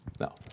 No